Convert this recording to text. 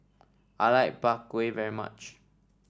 I like Bak Kwa very much